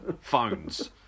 phones